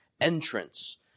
entrance